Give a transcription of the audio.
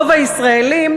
רוב הישראלים